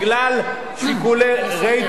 תלמד את העובדות, דני, בגלל שיקולי רייטינג,